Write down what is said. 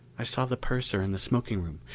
i saw the purser in the smoking room.